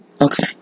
Okay